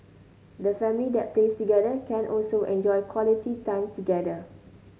the family that plays together can also enjoy quality time together